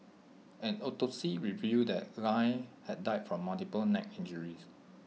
an autopsy revealed that lie had died from multiple neck injuries